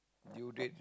due date